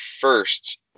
first